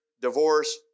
divorce